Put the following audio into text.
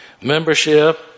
Membership